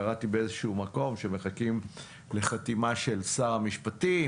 קראתי באיזשהו מקום שמחכים לחתימה של שר המשפטים,